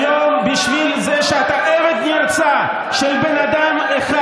היום, בשביל זה שאתה עבד נרצע של בן אדם אחד,